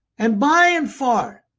and by and far,